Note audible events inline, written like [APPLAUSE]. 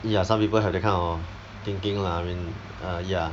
ya some people have that kind of thinking lah I mean [NOISE] uh ya